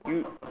you